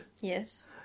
Yes